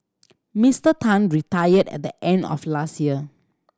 Mister Tan retired at the end of last year